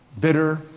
bitter